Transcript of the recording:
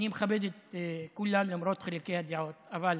אני מכבד את כולם, למרות חילוקי הדעות, אבל